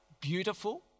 beautiful